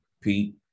Pete